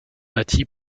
bâtie